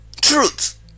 truth